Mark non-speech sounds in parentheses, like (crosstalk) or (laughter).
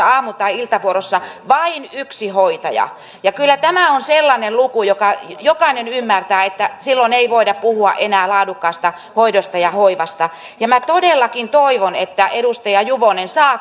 (unintelligible) aamu tai iltavuorossa vain yksi hoitaja kyllä tämä on sellainen luku josta jokainen ymmärtää että silloin ei voida puhua enää laadukkaasta hoidosta ja hoivasta minä todellakin toivon että edustaja juvonen saa